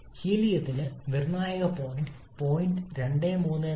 ഹീലിയത്തിന് നിർണായക പോയിന്റ് മൂല്യങ്ങൾ 0